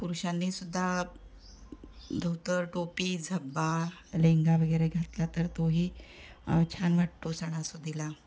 पुरुषांनी सुद्धा धोतर टोपी झब्बा लेंगा वगैरे घातला तर तोही छान वाटतो सणासुदीला